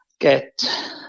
get